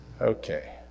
Okay